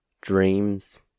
dreams